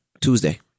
Tuesday